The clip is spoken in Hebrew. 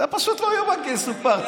זה פשוט לא יאומן כי יסופר.